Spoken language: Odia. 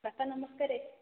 ବାପା ନମସ୍କାର